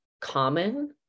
common